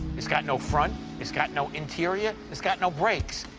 it's got no front, it's got no interior, it's got no brakes,